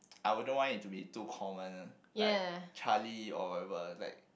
I wouldn't want it to be too common like Charlie or whatever it's like